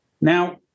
Now